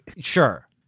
Sure